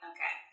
Okay